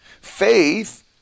Faith